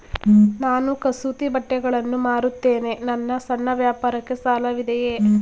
ನಾನು ಕಸೂತಿ ಬಟ್ಟೆಗಳನ್ನು ಮಾರುತ್ತೇನೆ ನನ್ನ ಸಣ್ಣ ವ್ಯಾಪಾರಕ್ಕೆ ಸಾಲವಿದೆಯೇ?